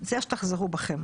אני מציעה שתחזרו בכם.